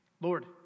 Lord